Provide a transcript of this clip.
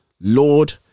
lord